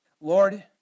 Lord